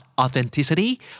authenticity